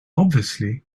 obviously